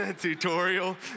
tutorial